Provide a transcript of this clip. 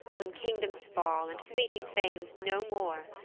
when kingdoms fall, and fleeting fame's no more,